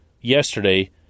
yesterday